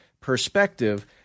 perspective